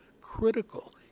critical